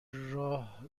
راه